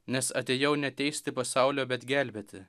nes atėjau ne teisti pasaulio bet gelbėti